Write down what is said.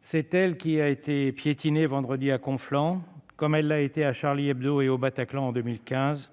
C'est elle qui a été piétinée vendredi à Conflans, comme elle l'a été à et au Bataclan en 2015,